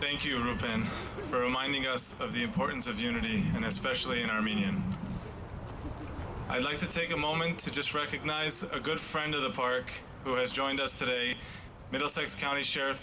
thank you for minding us of the importance of unity and especially in armenia i like to take a moment to just recognize a good friend of the park who has joined us today middlesex county sheriff